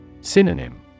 synonym